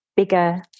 bigger